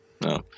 No